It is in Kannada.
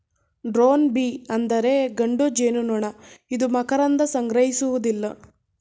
ಡ್ರೋನ್ ಬೀ ಅಂದರೆ ಗಂಡು ಜೇನುನೊಣ ಇದು ಮಕರಂದ ಸಂಗ್ರಹಿಸುವುದಿಲ್ಲ